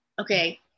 Okay